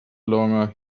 longer